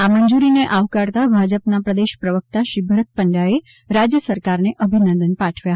આ મંજૂરીને આવકારતાં ભાજપનાં પ્રદેશ પ્રવક્તા શ્રી ભરત પંડથા એ રાજ્ય સરકારને અભિનંદન પાઠવ્યા